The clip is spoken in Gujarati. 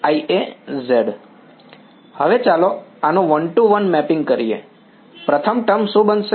હવે ચાલો આનું વન ટુ વન મેપિંગ કરીએ પ્રથમ ટર્મ શું બનશે